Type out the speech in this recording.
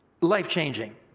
life-changing